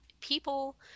people